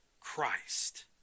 Christ